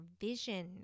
vision